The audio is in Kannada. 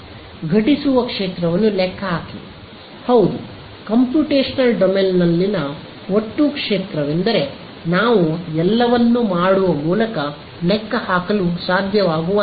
ಘಟಿಸುವ ಕ್ಷೇತ್ರವನ್ನು ಲೆಕ್ಕಹಾಕಿ ಹೌದು ಕಂಪ್ಯೂಟೇಶನ್ ಡೊಮೇನ್ನಲ್ಲಿನ ಒಟ್ಟು ಕ್ಷೇತ್ರವೆಂದರೆ ನಾವು ಎಲ್ಲವನ್ನೂ ಮಾಡುವ ಮೂಲಕ ಲೆಕ್ಕಹಾಕಲು ಸಾಧ್ಯವಾಗುವಂತದ್ದು